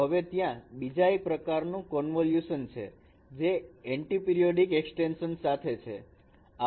તો હવે ત્યાં બીજા એક પ્રકારનું કન્વોલ્યુશન છે જે એન્ટીપિરીયોડીક એક્સ્ટેંશન સાથે છે